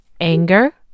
Anger